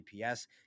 GPS